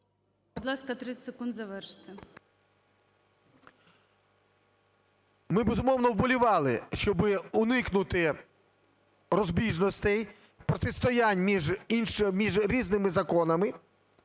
Будь ласка, 30 секунд завершити. ШУФРИЧ Н.І. Ми, безумовно, вболівали, щоби уникнути розбіжностей, протистоянь між різними законами,